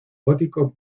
gótico